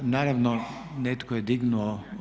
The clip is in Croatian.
Naravno netko je dignuo.